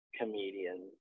comedian